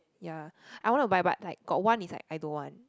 ya I wanna buy but like got one is like I don't want